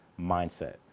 mindset